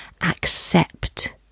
accept